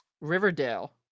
riverdale